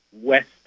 West